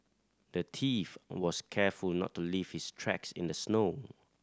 the thief was careful not to leave his tracks in the snow